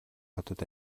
хотод